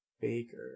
baker